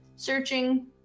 Searching